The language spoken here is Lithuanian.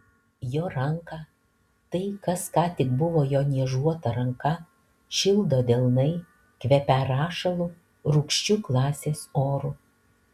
jo ranką tai kas ką tik buvo jo niežuota ranka šildo delnai kvepią rašalu rūgščiu klasės oru